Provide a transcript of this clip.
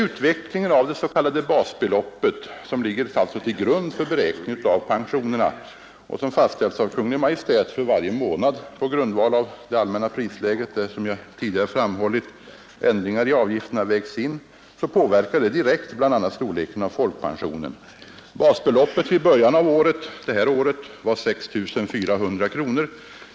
Utvecklingen av det s.k. basbeloppet som ligger till grund för beräkningen av pensionerna och som fastställs av Kungl. Maj:t för varje månad på grundval av det allmänna prisläget, varvid — som jag tidigare framhållit — ändringar i avgifterna vägs in, påverkar direkt storleken av bl.a. folkpensionen. Basbeloppet till början av detta år var 6 400 kronor.